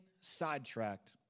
sidetracked